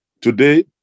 today